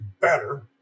better